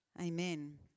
amen